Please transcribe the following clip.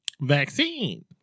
Vaccine